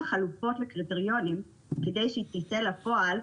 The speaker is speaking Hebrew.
חלופות לקריטריונים כדי שהיא תצא לפועל,